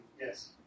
Yes